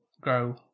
grow